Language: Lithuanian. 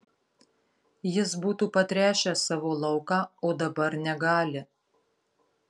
jis būtų patręšęs savo lauką o dabar negali